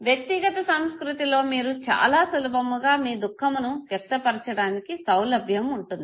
వ్యక్తిగత సంస్కృతి లో మీరు చాలా సులభముగా మీ దుఃఖమును వ్యక్తపరచడానికి సౌలభ్యం ఉంటుంది